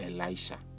Elisha